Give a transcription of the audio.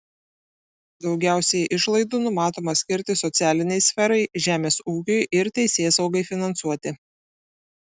daugiausiai išlaidų numatoma skirti socialinei sferai žemės ūkiui ir teisėsaugai finansuoti